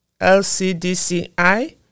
LCDCI